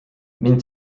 mind